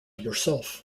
yourself